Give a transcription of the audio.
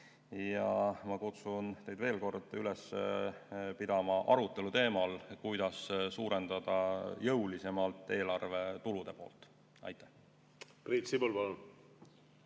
Ma kutsun teid veel kord üles pidama arutelu teemal, kuidas suurendada jõulisemalt eelarve tulude poolt. Priit